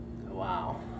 wow